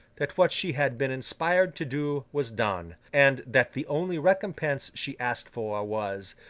that what she had been inspired to do, was done, and that the only recompense she asked for, was,